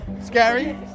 Scary